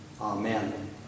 Amen